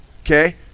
okay